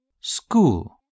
School